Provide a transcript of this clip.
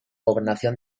gobernación